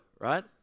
right